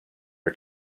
are